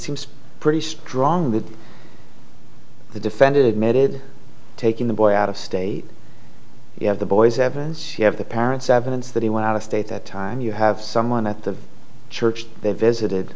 seems pretty strong the defendant admitted taking the boy out of state you have the boy's evidence you have the parents evidence that he went out of state the time you have someone at the church they visited